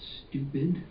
stupid